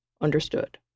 Understood